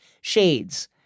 shades